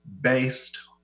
based